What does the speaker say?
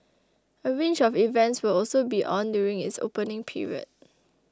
a range of events will also be on during its opening period